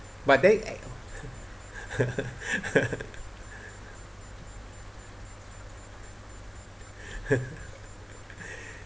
but they